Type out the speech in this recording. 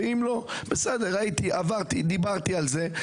ואם לא, בסדר, ראיתי, עברתי, דיברתי על זה.